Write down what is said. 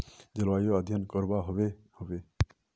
जलवायु अध्यन करवा होबे बे?